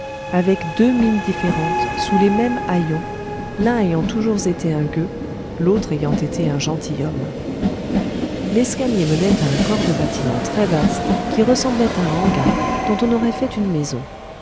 avec deux mines différentes sous les mêmes haillons l'un ayant toujours été un gueux l'autre ayant été un gentilhomme l'escalier menait à un corps de bâtiment très vaste qui ressemblait à un hangar dont on aurait fait une maison